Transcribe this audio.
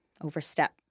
overstep